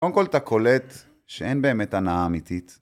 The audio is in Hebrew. קודם כל אתה קולט שאין באמת הנאה אמיתית.